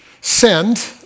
send